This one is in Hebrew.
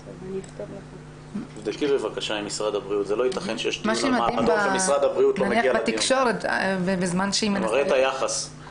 תסביר לנו איך אין שום בעיה בנושא של המעבדות ושהן מרוויחות